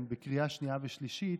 בקריאה שנייה ושלישית,